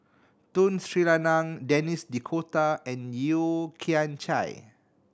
Tun Sri Lanang Denis D'Cotta and Yeo Kian Chye